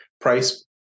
price